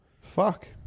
Fuck